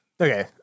Okay